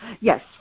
Yes